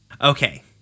Okay